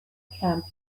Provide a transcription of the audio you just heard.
camp